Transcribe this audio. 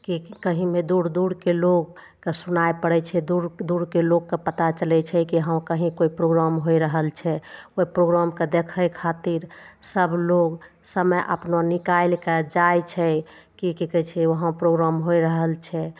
की कहीं भी दूर दूरके लोगके सुनाइ पड़य छै दूर दूरके लोकके पता चलय छै की हँ कहीं कोइ प्रोग्राम होइ रहल छै ओइ प्रोग्रामके देख खातिर सब लोग समय अपना निकालिके जाइ छै की की कहय छै वहाँ प्रोग्राम होइ रहल छै